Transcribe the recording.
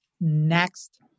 next